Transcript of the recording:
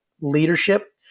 leadership